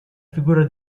figura